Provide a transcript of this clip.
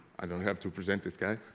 i don't have to present this guy